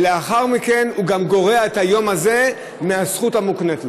ולאחר מכן הוא גם גורע את היום הזה מהזכות המוקנית לו.